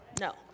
no